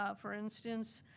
ah for instance,